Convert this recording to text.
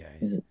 guys